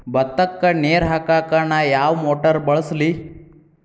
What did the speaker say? ಭತ್ತಕ್ಕ ನೇರ ಹಾಕಾಕ್ ನಾ ಯಾವ್ ಮೋಟರ್ ಬಳಸ್ಲಿ?